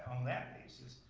on that basis,